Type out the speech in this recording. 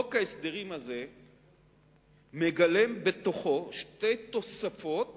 חוק ההסדרים הזה מגלם בתוכו שתי תוספות